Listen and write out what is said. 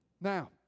Now